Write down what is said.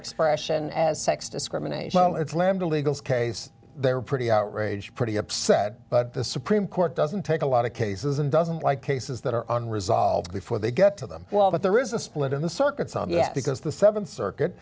expression as sex discrimination and it's lambda legal case they're pretty outraged pretty upset but the supreme court doesn't take a lot of cases and doesn't like cases that are on resolved before they get to them well but there is a split in the circuits and yet because the th circuit